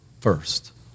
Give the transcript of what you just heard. first